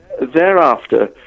thereafter